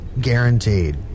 Guaranteed